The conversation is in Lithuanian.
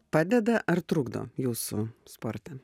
padeda ar trukdo jūsų sporte